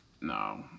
no